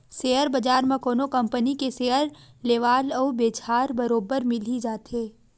share बजार म कोनो कंपनी के सेयर लेवाल अउ बेचहार बरोबर मिली जाथे